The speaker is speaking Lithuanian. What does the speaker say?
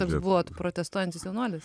jūs buvot protestuojantis jaunuolis